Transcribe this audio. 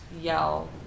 yell